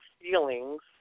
feelings